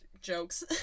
jokes